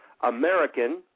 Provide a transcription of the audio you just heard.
American